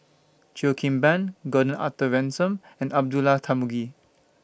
Cheo Kim Ban Gordon Arthur Ransome and Abdullah Tarmugi